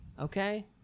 okay